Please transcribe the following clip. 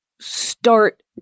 start